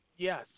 Yes